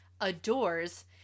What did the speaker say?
adores